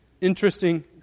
Interesting